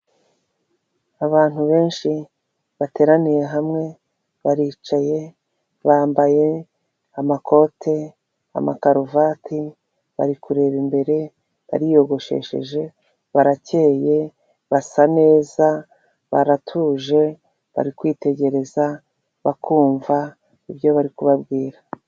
Abantu benshi bateraniye hamwe baricaye bambaye amakote amakaruvati bari kureba imbere bariyogoshesheje barakeye basa neza baratuje bari kwitegereza bakumva ibyo bari kubabwira .